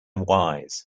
wise